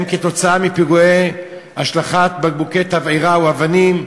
הם כתוצאה מפיגועי השלכת בקבוקי תבערה או אבנים,